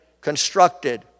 constructed